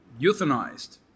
euthanized